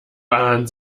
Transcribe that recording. bahn